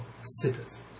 sitters